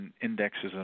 indexes